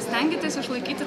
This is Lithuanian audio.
stenkitės išlaikyti